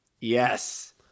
Yes